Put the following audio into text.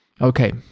Okay